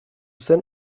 zen